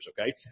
Okay